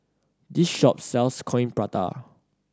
this shop sells Coin Prata